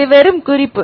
இது வெறும் குறிப்பு